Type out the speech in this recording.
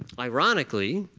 ironically,